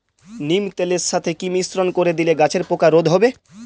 নিম তেলের সাথে কি মিশ্রণ করে দিলে গাছের পোকা রোধ হবে?